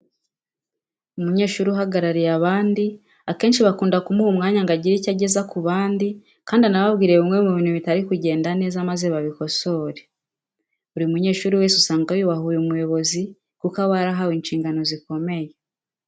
Umunyeshuri uhagarariye abandi akenshi bakunda kumuha umwanya ngo agire icyo ageze ku bandi kandi anababwire bimwe mu bintu bitari kugenda neza maze babikosore. Buri munyeshuri wese usanga yubaha uyu muyobozi kuko aba yarahawe inshingano zikomeye.